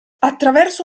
attraverso